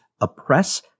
Oppress